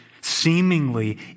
seemingly